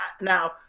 Now